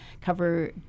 cover